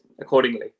accordingly